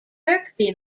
kirkby